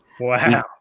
Wow